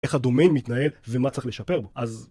איך הדומיין מתנהל ומה צריך לשפר בו, אז...